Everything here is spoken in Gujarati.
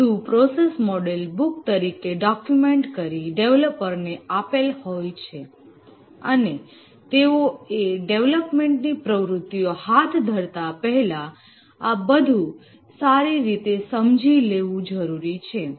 આ બધું પ્રોસેસ મોડલ બુક તરીકે ડોક્યુમેન્ટ કરી ડેવલપરને આપેલ હોય છે અને તેઓએ ડેવલપમેન્ટની પ્રવૃતિઓ હાથ ધરતા પહેલા આ બધું સારી રીતે સમજી લેવું જરૂરી છે